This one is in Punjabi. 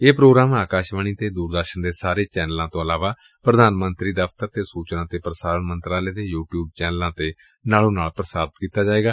ਇਹ ਪ੍ਰੋਗਰਾਮ ਆਕਾਸ਼ਵਾਣੀ ਅਤੇ ਦੂਰਦਰਸ਼ਨ ਦੇ ਸਾਰੇ ਚੈਨਲਾਂ ਤੋ ਇਲਾਵਾ ਪ੍ਰਧਾਨ ਮੰਤਰੀ ਦਫ਼ਤਰ ਅਤੇ ਸੁਚਨਾ ਤੇ ਪ੍ਰਸਾਰਣ ਮੰਤਰਾਲੇ ਦੇ ਯੁ ਟਿਉਬ ਚੈਨਲਾ ਤੇ ਨਾਲੋ ਨਾਲ ਪ੍ਰਸਾਰਿਤ ਕੀਤਾ ਜਾਏਗਾ